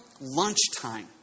lunchtime